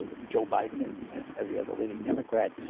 joe biden and and every other leading democrat.